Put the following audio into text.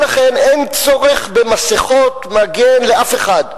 ולכן אין צורך במסכות מגן לאף אחד,